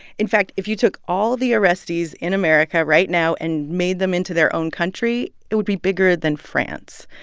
in fact, if you took all the arrestees in america right now and made them into their own country, it would be bigger than france.